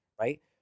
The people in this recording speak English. right